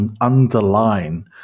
underline